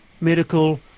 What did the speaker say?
medical